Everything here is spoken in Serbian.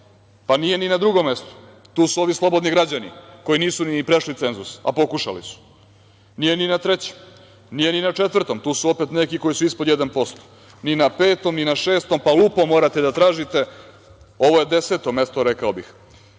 pa nije ni na drugom mestu, tu su ovi slobodni građani koji nisu ni prešli cenzus, a pokušali su, nije ni na trećem, ni na četvrtom, tu su opet neki koji su ispod 1%, ni na petom ni na šestom, pa lupom morate da tražite, ovo je deseto mesto, rekao